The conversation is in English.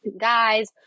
Guys